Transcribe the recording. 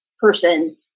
person